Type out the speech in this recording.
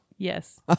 Yes